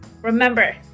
Remember